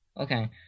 Okay